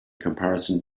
comparison